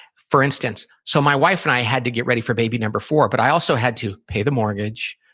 for instance, so my wife and i had to get ready for baby number four, but i also had to pay the mortgage,